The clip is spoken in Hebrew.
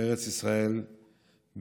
בארץ ישראל,